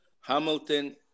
Hamilton